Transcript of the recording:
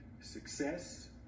success